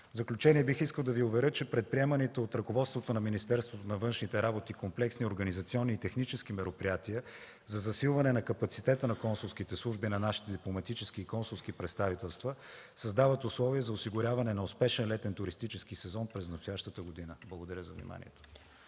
заключение бих искал да Ви уверя, че предприемането от ръководството на Министерството на външните работи на комплексни, организационни и технически мероприятия за засилване на капацитета на консулските служби на нашите дипломатически и консулски представителства създават условия за осигуряване на успешен летен туристически сезон през настоящата година. Благодаря за вниманието.